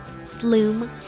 Sloom